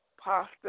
pasta